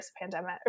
pandemic